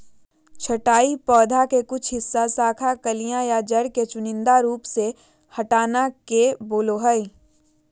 छंटाई पौधा के कुछ हिस्सा, शाखा, कलियां या जड़ के चुनिंदा रूप से हटाना के बोलो हइ